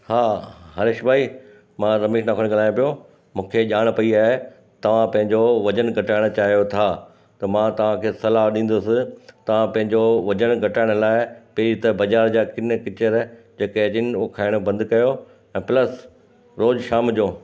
हा हरिश भाई मां रमेश नागवाणी ॻाल्हायां पियो मूंखे ॼाण पई आहे तव्हां पंहिंजो वजन घटाइण चाहियो था त मां तव्हांखे सलाह ॾींदुसि तव्हां पंहिंजो वजन घटाइण लाइ पहिरीं त बाज़ारि जा किन किचर जेके आहिनि उहे खाइण बंदि कयो ऐं प्लस रोजु शाम जो